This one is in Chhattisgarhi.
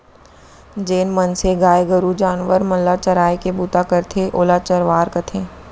जेन मनसे गाय गरू जानवर मन ल चराय के बूता करथे ओला चरवार कथें